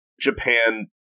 japan